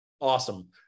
Awesome